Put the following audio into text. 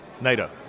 nato